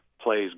plays